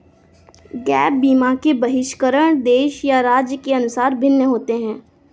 gap बीमा के बहिष्करण देश या राज्य के अनुसार भिन्न होते हैं